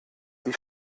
die